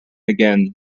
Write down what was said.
again